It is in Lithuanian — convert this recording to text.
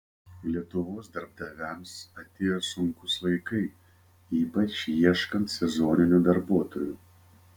lietuvos darbdaviams atėjo sunkūs laikai ypač ieškant sezoninių darbuotojų